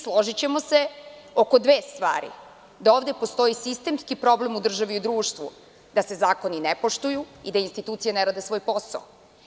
Složićemo se oko dve stvari, a to je da ovde postoji sistemski problem u državi i društvu, da se zakoni ne poštuju i da institucije ne rade svoj posao.